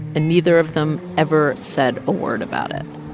and neither of them ever said a word about it.